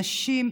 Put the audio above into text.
נשים,